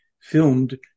filmed